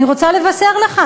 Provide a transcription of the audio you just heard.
אני רוצה לבשר לך,